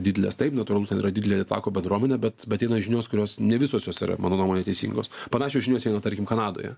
didelės taip natūralu ten yra didelė tako bendruomenė bet bet eina žinios kurios ne visos jos yra mano nuomone teisingos panašios žinios eina tarkim kanadoje